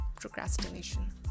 procrastination